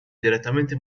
direttamente